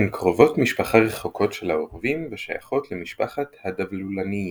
הן קרובות משפחה רחוקות של העורבים ושייכות למשפחת הדבלולניים.